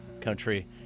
country